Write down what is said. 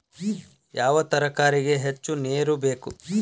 ಯಾವ ತರಕಾರಿಗೆ ಹೆಚ್ಚು ನೇರು ಬೇಕು?